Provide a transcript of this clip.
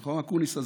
נכון, אקוניס?